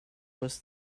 was